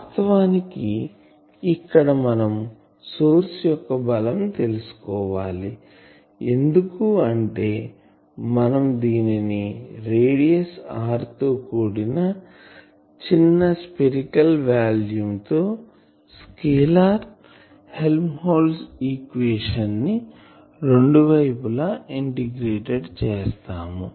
వాస్తవానికి ఇక్కడ మనము సోర్స్ యొక్క బలం తెలుసుకోవాలి ఎందుకంటే మనం దీనిని రేడియస్ r తో కూడిన చిన్న స్పెరికల్ వాల్యూమ్ తో స్కేలార్ హెల్మ్హోల్ట్జ్ ఈక్వేషన్స్ ని రెండు వైపులా ఇంటిగ్రేటెడ్ చేస్తాము